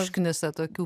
užknisa tokių